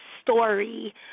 Story